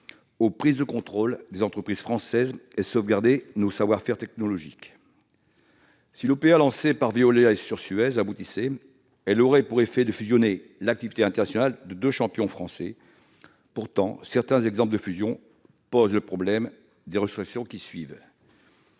aux prises de contrôle des entreprises françaises et sauvegarder nos savoir-faire technologiques. Si l'OPA lancée par Veolia sur Suez aboutissait, elle aurait pour effet de fusionner l'activité internationale de deux champions français. Pourtant, certains exemples de fusion soulèvent la difficulté des restructurations qui les suivent.